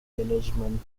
management